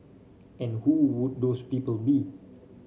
and who would those people be